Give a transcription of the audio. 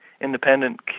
independent